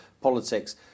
politics